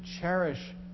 cherish